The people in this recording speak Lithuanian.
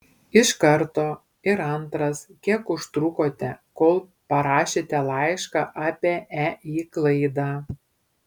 iš karto ir antras kiek užtrukote kol parašėte laišką apie ei klaidą